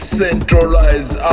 centralized